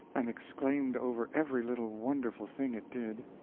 and exclaimed over every little wonderful thing it did.